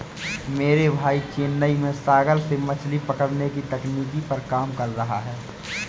मेरा भाई चेन्नई में सागर से मछली पकड़ने की तकनीक पर काम कर रहा है